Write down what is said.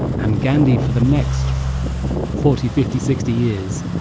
and gandhi, for the next forty, fifty, sixty years,